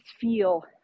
feel